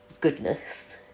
goodness